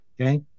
Okay